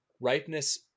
Ripeness